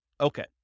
Okay